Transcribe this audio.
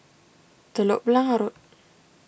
Telok Blangah Road